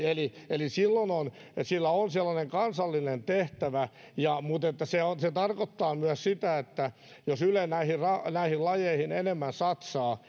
eli eli silloin sillä on kansallinen tehtävä mutta se tarkoittaa myös sitä että jos yle näihin näihin lajeihin enemmän satsaa